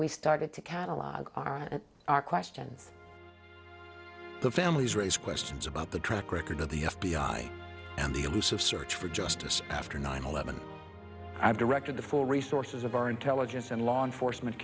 we started to catalog our and our questions the families raise questions about the track record of the f b i and the elusive search for justice after nine eleven i've directed the full resources of our intelligence and law enforcement